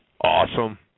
awesome